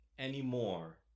anymore